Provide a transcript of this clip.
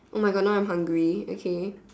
oh my God now I'm hungry okay